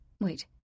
Wait